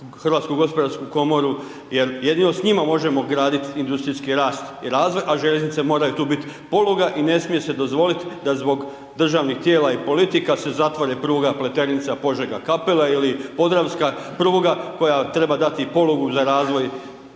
HUP, Obrtničku komoru, HGK jer jedino s njima možemo graditi industrijski rast i razvoj a željeznice moraju tu biti poluga i ne smije se dozvoliti da zbog državnih tijela i politika se zatvori pruga Pleternica-Požega-Kapela ili podravska pruga koja treba dati polugu za razvoj